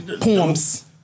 Poems